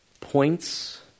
points